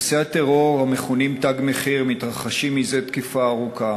מעשי הטרור המכונים "תג מחיר" מתרחשים זה תקופה ארוכה,